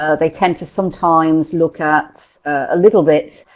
ah they tend to sometimes look at a little bit